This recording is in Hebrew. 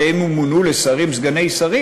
ישונה החוק והם ימונו לשרים וסגני שרים,